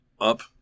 up